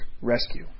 rescue